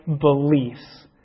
beliefs